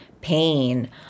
pain